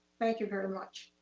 thank you very much.